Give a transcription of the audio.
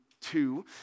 two